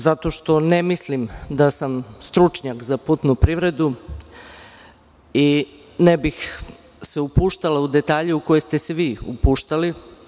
Zato što ne mislim da sam stručnjak za putnu privredu i ne bih se upuštala u detalje u koje ste se vi upuštali.